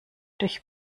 durch